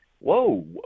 whoa